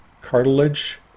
cartilage